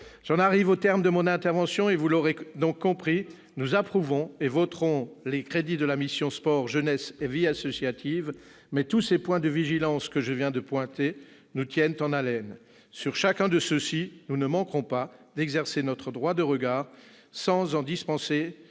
J'en arrive au terme de mon intervention. Vous l'aurez compris, mes chers collègues, nous approuvons et voterons les crédits de la mission « Sport, jeunesse et vie associative », mais tous ces points de vigilance que je viens de pointer nous tiennent en haleine. Sur chacun d'eux, nous ne manquerons pas d'exercer notre droit de regard, sans nous dispenser